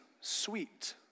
sweet